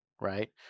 right